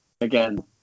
again